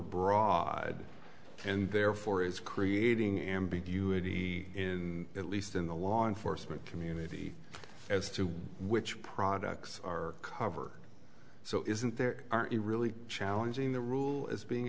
over brod and therefore is creating ambiguity in at least in the law enforcement community as to which products are cover so isn't there aren't really challenging the rules as being